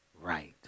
right